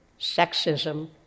sexism